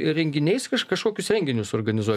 renginiais kažkokius renginius organizuoj